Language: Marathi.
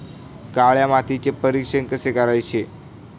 काळ्या मातीचे परीक्षण कसे करायचे?